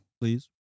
Please